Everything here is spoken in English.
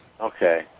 Okay